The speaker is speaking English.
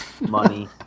money